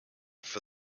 for